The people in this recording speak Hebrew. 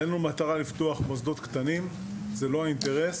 אין לנו מטרה לפתוח מוסדות קטנים, זה לא האינטרס.